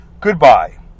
goodbye